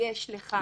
תתבייש לך.